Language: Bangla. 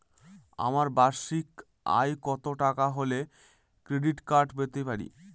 আমার বার্ষিক আয় কত টাকা হলে ক্রেডিট কার্ড পেতে পারি?